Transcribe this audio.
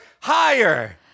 higher